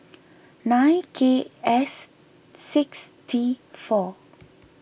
nine K S six T four